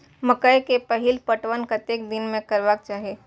मकेय के पहिल पटवन कतेक दिन में करबाक चाही?